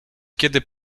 kiedy